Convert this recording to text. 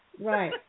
Right